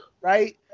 right